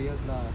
ya